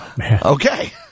Okay